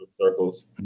circles